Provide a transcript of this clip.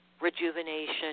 rejuvenation